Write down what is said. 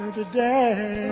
today